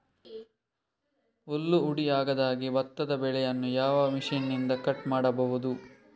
ಹುಲ್ಲು ಹುಡಿ ಆಗದಹಾಗೆ ಭತ್ತದ ಬೆಳೆಯನ್ನು ಯಾವ ಮಿಷನ್ನಿಂದ ಕಟ್ ಮಾಡಬಹುದು?